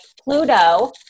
Pluto